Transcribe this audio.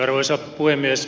arvoisa puhemies